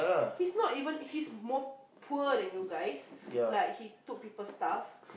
he's not even he's more poor than you guys like he took people stuff